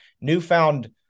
newfound